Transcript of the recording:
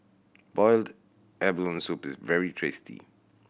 boiled abalone soup is very tasty